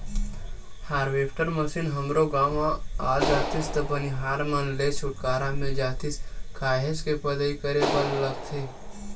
harvester machine हमरो गाँव म आ जातिस त बनिहार मन ले छुटकारा मिल जातिस काहेच के पदई करे बर लगथे